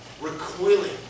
recoiling